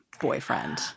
boyfriend